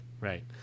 Right